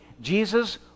Jesus